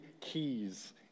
keys